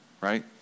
right